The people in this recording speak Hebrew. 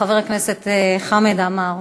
חבר הכנסת חמד עמאר.